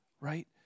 Right